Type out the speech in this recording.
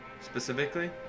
specifically